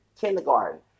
kindergarten